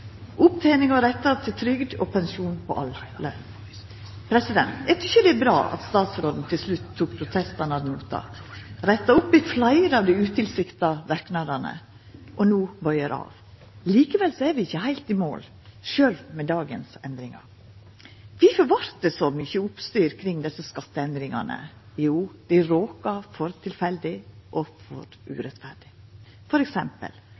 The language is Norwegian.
notam, retta opp i fleire av dei utilsikta verknadene og no bøyer av. Likevel er vi ikkje heilt i mål, sjølv med dagens endringar. Kvifor vart det så mykje oppstyr kring desse skatteendringane? Jo, dei råka for tilfeldig og for